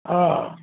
हा